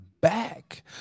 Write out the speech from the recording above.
back